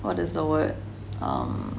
what is the word